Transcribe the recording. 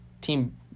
team